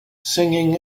singing